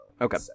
okay